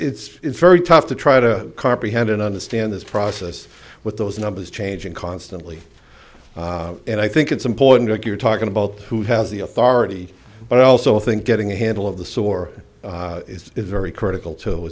so it's very tough to try to comprehend and understand this process with those numbers changing constantly and i think it's important you're talking about who has the authority but i also think getting a handle of the sore is very critical to